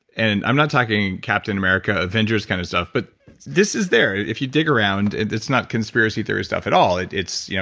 and i'm not talking captain america, avengers kind of stuff, but this is there, if you dig around, it's not conspiracy theory stuff at all. it's yeah, you know